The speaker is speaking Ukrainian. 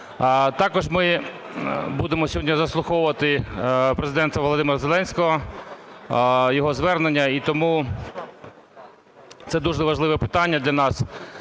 Також ми будемо сьогодні заслуховувати Президента Володимира Зеленського, його звернення. І тому це дуже важливе питання для нас.